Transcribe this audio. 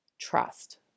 Trust